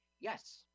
Yes